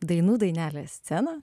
dainų dainelės sceną